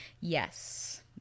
yes